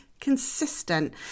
consistent